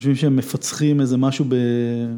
חושבים שהם מפצחים איזה משהו ב...